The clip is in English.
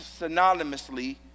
synonymously